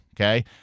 Okay